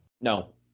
no